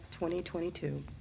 2022